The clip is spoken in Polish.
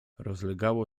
rozlegało